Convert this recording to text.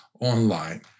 online